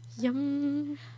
Yum